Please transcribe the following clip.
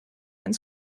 and